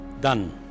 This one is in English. Done